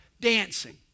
dancing